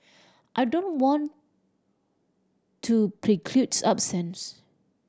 I don't want to preclude options